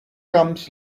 comes